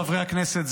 חברי הכנסת,